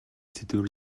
сэдвээр